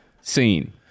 scene